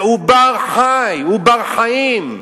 זה עובר חי, הוא בר-חיים.